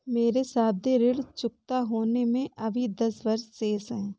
मेरे सावधि ऋण चुकता होने में अभी दस वर्ष शेष है